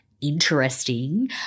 Interesting